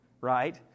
right